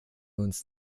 uns